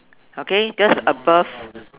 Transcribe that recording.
okay just above